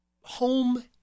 Home